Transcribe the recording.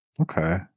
Okay